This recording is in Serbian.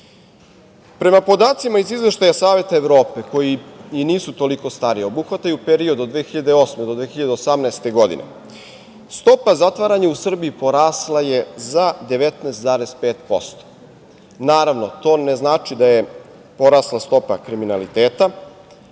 podacima iz izveštaja Savete Evrope, koji i nisu toliko stari, obuhvataju period od 2008. do 2018. godine, stopa zatvaranja u Srbiji je porasla za 19,5%. Naravno, to ne znači da je porasla stopa kriminaliteta,